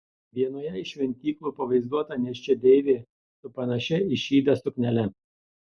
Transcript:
vienoje iš šventyklų pavaizduota nėščia deivė su panašia į šydą suknele